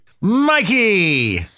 Mikey